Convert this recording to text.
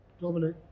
Dominic